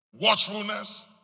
watchfulness